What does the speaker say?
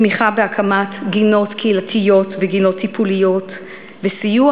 תמיכה בהקמת גינות קהילתיות וגינות טיפוליות וסיוע